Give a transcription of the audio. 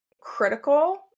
critical